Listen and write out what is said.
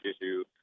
issue